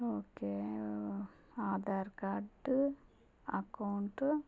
okay Aadhaar card account